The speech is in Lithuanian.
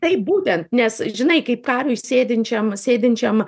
taip būtent nes žinai kaip kariui sėdinčiam sėdinčiam